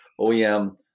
OEM